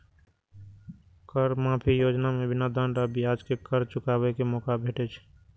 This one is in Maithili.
कर माफी योजना मे बिना दंड आ ब्याज के कर चुकाबै के मौका भेटै छै